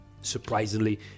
Surprisingly